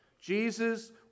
Jesus